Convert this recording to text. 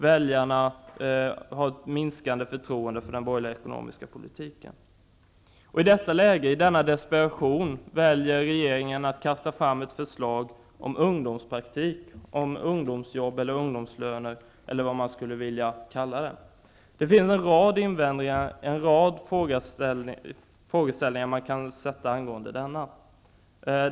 De har ett minskande förtroende för den borgerliga ekonomiska politiken. I detta läge, i denna desperation, väljer regeringen att kasta fram ett förslag om ungdomspraktik, ungdomsjobb, ungdomslöner eller vad man nu vill kalla det. Det finns en rad invändningar och en rad frågeställningar man kan göra angående detta.